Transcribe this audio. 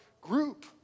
group